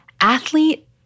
athlete